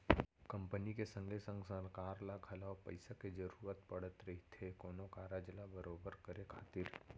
company के संगे संग सरकार ल घलौ पइसा के जरूरत पड़त रहिथे कोनो कारज ल बरोबर करे खातिर